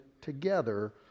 together